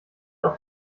auf